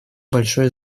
большое